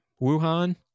Wuhan